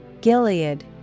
Gilead